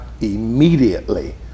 immediately